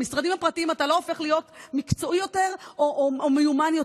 במשרדים הפרטיים אתה לא הופך להיות מקצועי יותר או מיומן יותר.